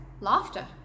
Laughter